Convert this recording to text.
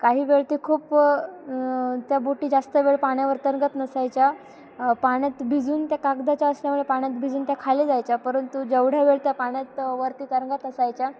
काही वेळ ते खूप त्या बोटी जास्त वेळ पाण्यावर तरंगत नसायच्या पाण्यात भिजून त्या कागदाच्या असल्यामुळे पाण्यातत भिजून त्या खाली जायच्या परंतु जेवढा वेळ त्या पाण्यावरती तरंगत असायच्या